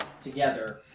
together